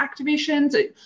activations